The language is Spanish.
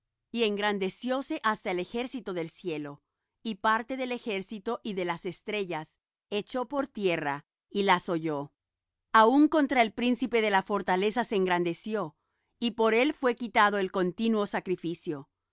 y engrandecióse hasta el ejército del cielo y parte del ejército y de las estrellas echó por tierra y las holló aun contra el príncipe de la fortaleza se engrandeció y por él fué quitado el continuo sacrificio